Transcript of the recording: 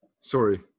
Sorry